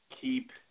keep